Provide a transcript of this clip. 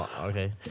Okay